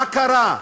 מה קרה?